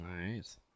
Nice